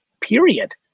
period